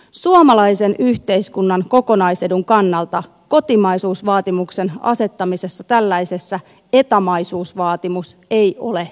suomalaisen yhteiskunnan kokonaisedun kannalta kotimaisuusvaatimuksen asettamisessa tällaisessa etamaisuusvaatimuksessa ei ole järkeä